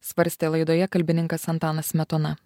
svarstė laidoje kalbininkas antanas smetona